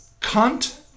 cunt